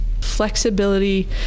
Flexibility